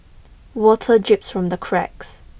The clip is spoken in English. water drips from the cracks